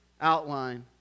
outline